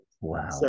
Wow